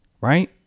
right